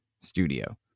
studio